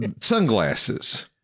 Sunglasses